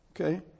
Okay